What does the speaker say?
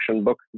book